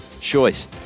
Choice